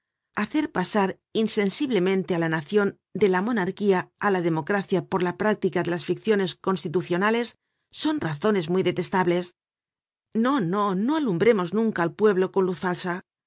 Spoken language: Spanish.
hacer pasar insensiblemente á la nacion de la monarquía á la democracia por la práctica de las ficciones constitucionales son razones muy detestables no no no alumbremos nunca al pueblo con luz falsa